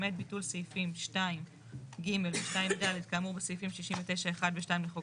למעט ביטול סעיפים 2(ג) ו-2(ד) כאמור בסעיפים 69(1) ו-2 לחוק